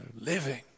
living